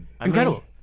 incredible